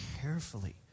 carefully